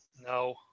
No